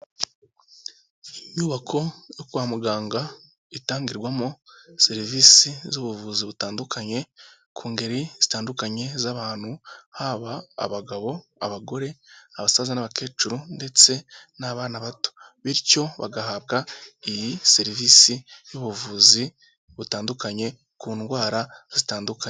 Inyubako yo kwa muganga itangirwamo serivisi z'ubuvuzi butandukanye ku ngeri zitandukanye z'abantu haba abagabo, abagore, abasaza, n'abakecuru ndetse n'abana bato. Bityo bagahabwa iyi serivisi y'ubuvuzi butandukanye ku ndwara zitandukanye.